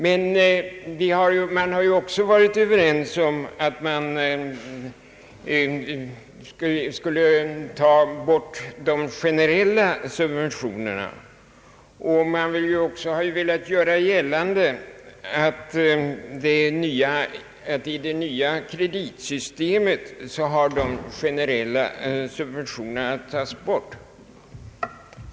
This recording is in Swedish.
Men man har ju också varit överens om att ta bort de generella subventionerna, och man har också velat göra gällande att i det nya kreditsystemet de generella subventionerna har tagits bort.